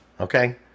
Okay